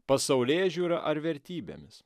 pasaulėžiūra ar vertybėmis